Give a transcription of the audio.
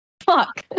fuck